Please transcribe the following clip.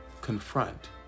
Confront